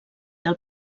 del